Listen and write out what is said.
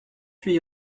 huit